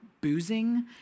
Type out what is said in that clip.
boozing